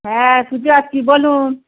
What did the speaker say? হ্যাঁ শুনতে পাচ্ছি বলুন